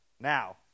Now